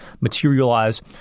materialize